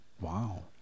Wow